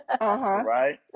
Right